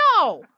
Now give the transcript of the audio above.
No